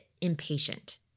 impatient